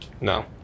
No